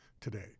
today